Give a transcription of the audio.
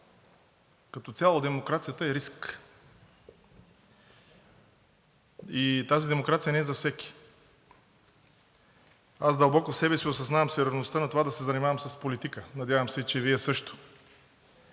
като цяло демокрацията е риск и тази демокрация не е за всеки. Аз дълбоко в себе си осъзнавам сериозността на това да се занимавам с политика, надявам се, че и Вие също.